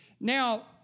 Now